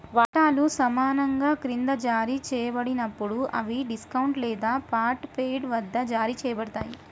వాటాలు సమానంగా క్రింద జారీ చేయబడినప్పుడు, అవి డిస్కౌంట్ లేదా పార్ట్ పెయిడ్ వద్ద జారీ చేయబడతాయి